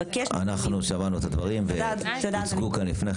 שמענו את הדברים והנקודות הוצגו לפני,